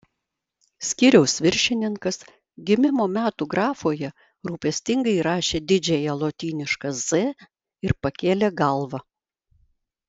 skyriaus viršininkas gimimo metų grafoje rūpestingai įrašė didžiąją lotynišką z ir pakėlė galvą